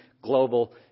global